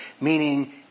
meaning